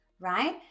Right